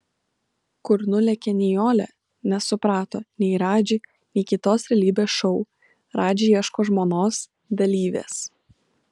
kur nulėkė nijolė nesuprato nei radži nei kitos realybės šou radži ieško žmonos dalyvės